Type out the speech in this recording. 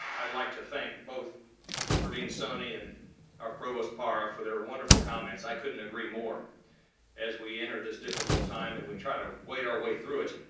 i'd like to thank both praveen soni and our provost para for their wonderful comments. i couldn't agree more as we enter this difficult time and we try to wade our way through it.